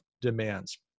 demands